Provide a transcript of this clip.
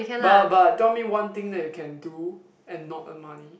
but but tell me one thing that you can do and not earn money